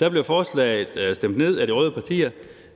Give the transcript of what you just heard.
det, blev forslaget stemt ned af de røde partier,